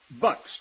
bucks